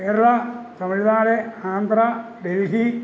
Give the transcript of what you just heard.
Kerala Tamil Nadu Andhra Delhi